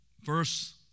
Verse